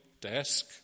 desk